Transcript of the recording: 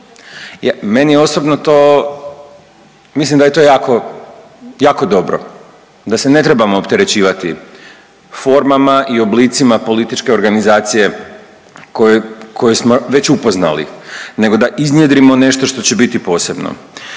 Meni je osobno to mislim da je to jako, jako dobro, da se ne trebamo opterećivati formama i oblicima političke organizacije koju, koju smo već upoznali nego da iznjedrimo nešto što će biti posebno.